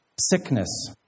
sickness